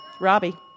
Robbie